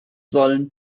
sollen